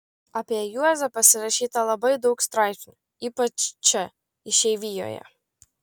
apie juozą prirašyta labai daug straipsnių ypač čia išeivijoje